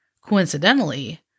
Coincidentally